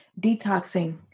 detoxing